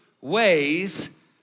ways